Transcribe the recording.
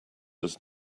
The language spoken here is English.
does